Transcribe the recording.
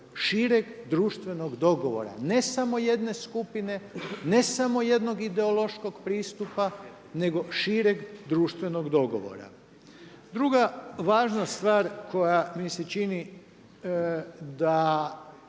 šireg društvenog dogovora, ne samo jedne skupine, ne samo jednog ideološkog pristupa nego šireg društvenog dogovora. Druga važna stvar koja mi se čini da